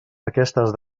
aquestes